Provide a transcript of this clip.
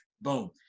boom